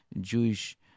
Jewish